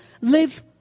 live